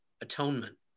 atonement